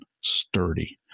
sturdy